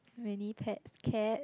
many pet cat